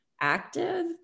active